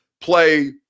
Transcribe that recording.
play